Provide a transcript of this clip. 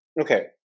okay